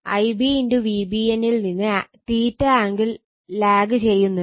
Ib Vbn ൽ നിന്ന് angle lag ചെയ്യുന്നുണ്ട്